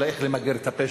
אלא איך למגר את הפשע,